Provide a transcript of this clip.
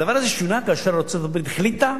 הדבר הזה שונה כאשר ארצות-הברית החליטה